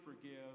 forgive